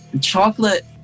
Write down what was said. chocolate